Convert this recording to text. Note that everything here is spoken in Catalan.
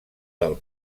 del